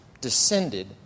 descended